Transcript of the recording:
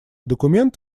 документ